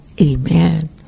amen